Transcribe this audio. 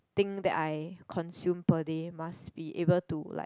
thing that I consume per day must be able to like